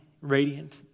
radiant